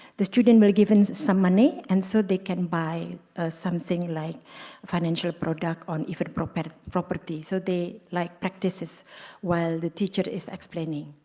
the students were given some money and so they can buy something like financial product or even property property so they like practices while the teacher is explaining